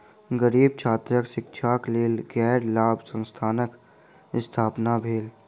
गरीब छात्रक शिक्षाक लेल गैर लाभ संस्थानक स्थापना भेल